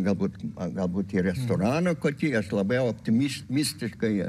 galbūt o galbūt į restoraną kokį aš labai optimistiškai